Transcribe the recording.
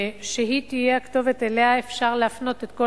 שהיא תהיה הכתובת שאליה אפשר להפנות את כל